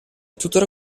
tuttora